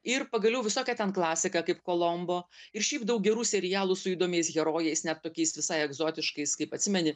ir pagaliau visokia ten klasika kaip kolombo ir šiaip daug gerų serialų su įdomiais herojais net tokiais visai egzotiškais kaip atsimeni